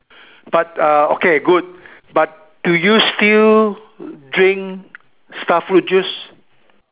but uh okay good but do you still drink starfruit juice